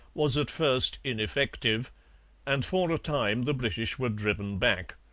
was at first ineffective and for a time the british were driven back.